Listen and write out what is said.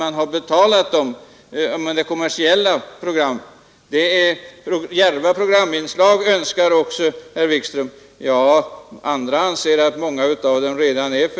Men jag har här ändå sagt att frågan är om det blir bättre program i anledning av att man har betalt dem — alltså om